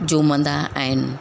झूमंदा आहिनि